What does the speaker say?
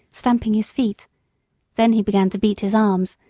stamping his feet then he began to beat his arms,